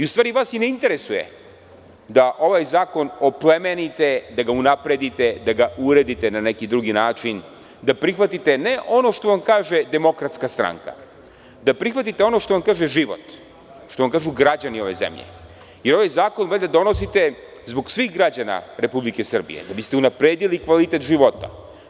U stvari, vas i ne interesuje da ovaj zakon oplemenite, da ga unapredite, da ga uredite na neki drugi način, da prihvatite ne ono što vam kaže DS, da prihvatite ono što vam kaže život, što vam kažu građani ove zemlje, jer ovaj zakon valjda donosite zbog svih građana Republike Srbije, da biste unapredili kvalitet života.